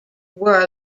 were